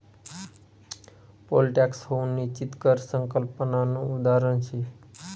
pole tax हाऊ निश्चित कर संकल्पनानं उदाहरण शे